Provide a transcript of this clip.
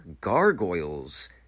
Gargoyles